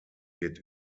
wird